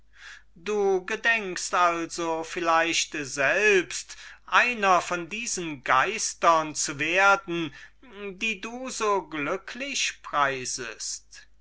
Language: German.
du gedenkest also vielleicht einer von diesen geistern zu werden die du so glücklich preisest